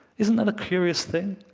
isn't that a curious thing,